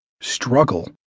Struggle